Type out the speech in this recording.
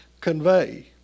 convey